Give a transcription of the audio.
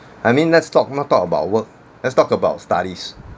I mean let's talk not talk about work let's talk about studies